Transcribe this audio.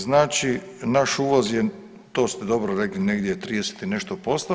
Znači naš uvoz je, to ste dobro rekli, negdje 30 i nešto posto.